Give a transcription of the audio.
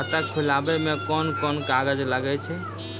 खाता खोलावै मे कोन कोन कागज लागै छै?